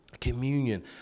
Communion